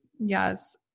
yes